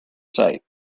sight